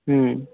हूँ